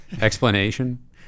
explanation